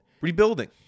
Rebuilding